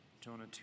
Jonah